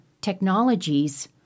technologies